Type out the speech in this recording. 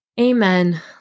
Amen